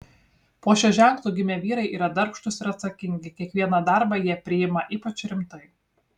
po šiuo ženklu gimę vyrai yra darbštūs ir atsakingi kiekvieną darbą jie priima ypač rimtai